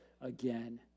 again